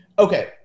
Okay